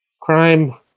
crime